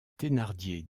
thénardier